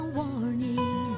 warning